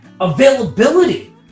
availability